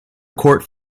courts